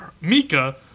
Mika